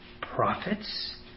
prophets